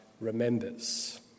remembers